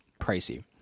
pricey